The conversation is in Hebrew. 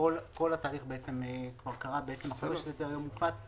כל התהליך כבר קרה אחרי שסדר-היום הופץ,